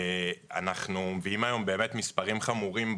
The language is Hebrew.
אנחנו מביאים היום באמת מספרים חמורים.